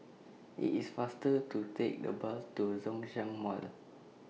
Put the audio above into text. IT IS faster to Take The Bus to Zhongshan Mall